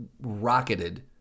rocketed